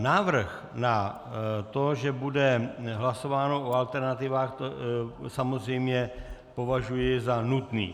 Návrh na to, že bude hlasováno o alternativách, samozřejmě považuji za nutný.